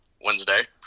Wednesday